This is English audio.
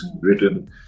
written